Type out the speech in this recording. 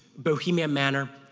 bohemia manor,